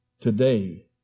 today